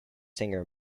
singer